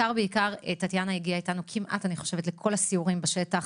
טטיאנה הגיעה אתנו כמעט לכל הסיורים בשטח,